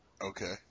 Okay